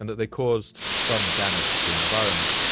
and that they caused some damage to the environment.